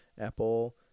Apple